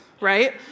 right